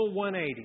180